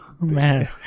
Man